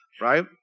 right